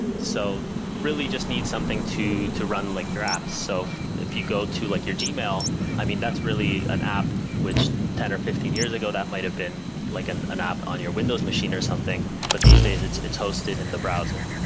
so really just need something to to run like your apps. so if you go to like your gmail, i mean, that's really an app which ten or fifteen years ago that might have been like an an app on your windows machine or something, but these days it's it's hosted in the browser.